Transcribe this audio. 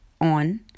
on